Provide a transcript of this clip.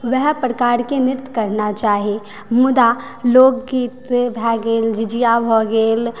वएह प्रकारके नृत्य करना चाही मुदा लोकगीत भै गेल झिझिया भऽ गेल